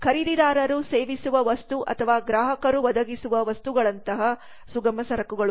ಖರೀದಿದಾರರು ಸೇವಿಸುವ ವಸ್ತು ಅಥವಾ ಗ್ರಾಹಕರು ಒದಗಿಸುವ ವಸ್ತುಗಳಂತಹ ಸುಗಮ ಸರಕುಗಳು